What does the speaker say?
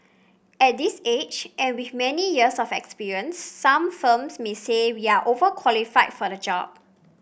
at this age and with many years of experience some firms may say overqualified for the job